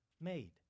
made